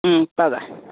పద